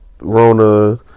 Rona